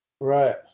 Right